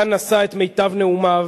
כאן נשא את מיטב נאומיו,